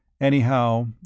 Anyhow